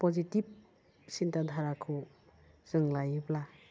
positive सिन्थाधाराखौ जों लायोब्ला